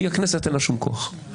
כי לכנסת אין שום כוח.